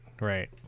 right